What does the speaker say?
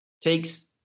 takes